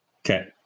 okay